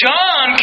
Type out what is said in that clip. John